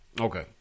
Okay